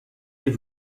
die